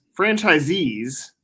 franchisees